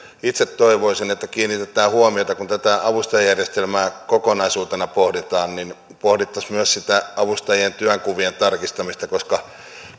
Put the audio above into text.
itse toivoisin että kiinnitetään huomiota kun tätä avustajajärjestelmää kokonaisuutena pohditaan että pohdittaisiin myös sitä avustajien työnkuvien tarkistamista koska